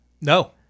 no